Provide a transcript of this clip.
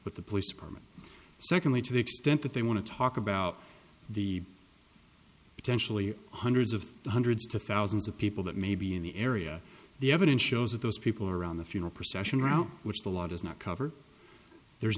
with the police department secondly to the extent that they want to talk about the potentially hundreds of hundreds to thousands of people that may be in the area the evidence shows that those people around the funeral procession route which the law does not cover there